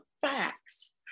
facts